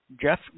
Jeff